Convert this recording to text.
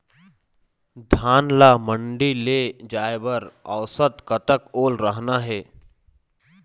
धान ला मंडी ले जाय बर औसत कतक ओल रहना हे?